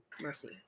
Mercy